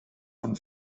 von